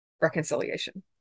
reconciliation